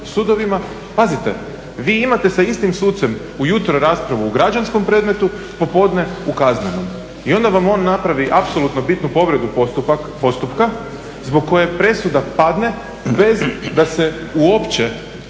sudovima. Pazite, vi imate sa istim sucem ujutro raspravu u građanskom predmetu, popodne u kaznenom i onda vam on napravi apsolutnu bitnu povredu postupka zbog kojeg presuda padne bez da se uopće